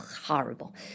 Horrible